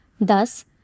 Thus